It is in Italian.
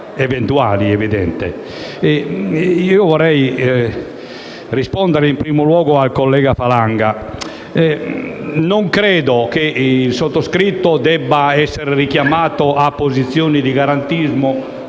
Vorrei rispondere in primo luogo al collega Falanga. Non credo che il sottoscritto debba essere richiamato a posizioni di garantismo,